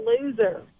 loser